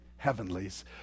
heavenlies